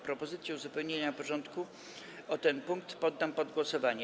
Propozycję uzupełnienia porządku o ten punkt poddam pod głosowanie.